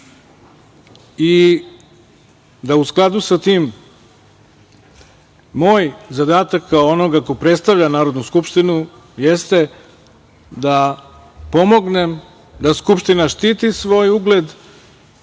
i da u skladu sa tim moj zadatak, kao onoga ko predstavlja Narodnu skupštinu, jeste da pomognem da Skupština štiti svoj ugled,